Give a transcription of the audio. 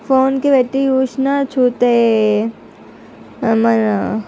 ఫోన్కి పెట్టి చూసిన చూస్తే మరల